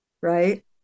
right